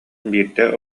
биирдэ